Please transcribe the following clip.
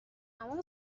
تمام